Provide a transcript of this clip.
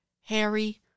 Harry